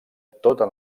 tota